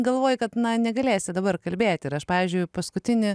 galvoji kad na negalėsi dabar kalbėti ir aš pavyzdžiui paskutinė